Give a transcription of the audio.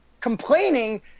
complaining